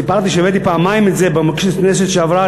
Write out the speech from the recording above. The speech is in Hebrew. סיפרתי שהבאתי פעמיים את זה, בכנסת שעברה.